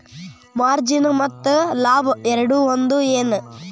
margin ಮತ್ತ ಲಾಭ ಎರಡೂ ಒಂದ ಏನ್